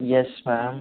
yes ma'am